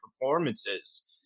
performances